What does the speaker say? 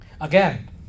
Again